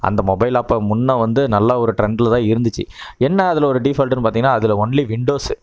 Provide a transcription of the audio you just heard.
அந்த மொபைலை அப்போ முன்னே வந்து நல்லா ஒரு ட்ரெண்ட்டில்தான் இருந்துச்சு என்ன அதில் ஒரு டீஃபால்ட்னு பார்த்தீங்கனா அதில் ஒன்லி விண்டோஸ்ஸு